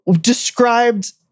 described